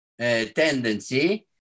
tendency